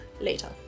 later